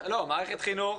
מערכת חינוך,